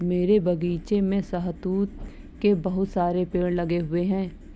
मेरे बगीचे में शहतूत के बहुत सारे पेड़ लगे हुए हैं